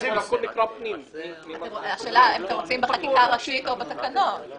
תמצאי מקום --- השאלה אם אתם רוצים בחקיקה ראשית או בתקנות.